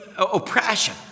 Oppression